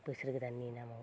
बोसोर गोदाननि नामाव